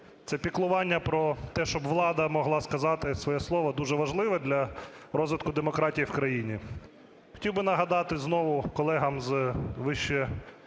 це піклування про те, щоб влада могла сказати своє слово, дуже важливе, для розвитку демократії в країні.